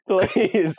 Please